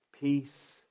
Peace